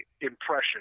impression